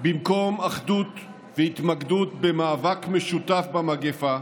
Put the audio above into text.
במקום אחדות והתמקדות במאבק משותף במגפה,